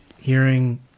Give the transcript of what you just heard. hearing